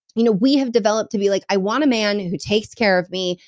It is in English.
you know we have developed to be like, i want a man who takes care of me,